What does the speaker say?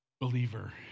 believer